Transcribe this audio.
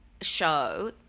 show